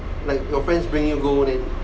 like your friends bring you go then